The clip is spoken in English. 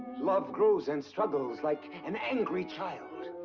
love grows and struggles like an angry child!